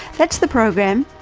that's the program.